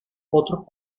otros